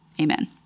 amen